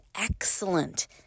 excellent